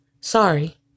Sorry